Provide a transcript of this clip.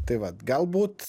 tai vat galbūt